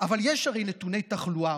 אבל יש הרי נתוני תחלואה.